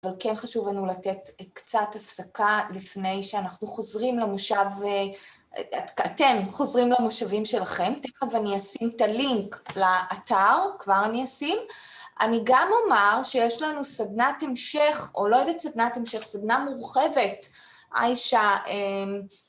אבל כן חשוב לנו לתת קצת הפסקה לפני שאנחנו חוזרים למושב, אתם חוזרים למושבים שלכם, תכף אני אשים את הלינק לאתר, כבר אני אשים. אני גם אומר שיש לנו סדנת המשך, או לא יודעת סדנת המשך, סדנה מורחבת, איישה,